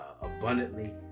abundantly